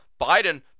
Biden